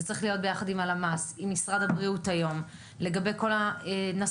זה צריך להיות ביחד עם הלמ"ס ומשרד הבריאות לגבי כל הנשאות,